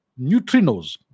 Neutrinos